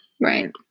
Right